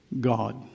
God